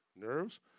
nerves